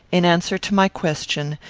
in answer to my question,